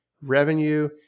revenue